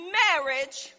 marriage